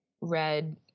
red